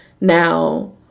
Now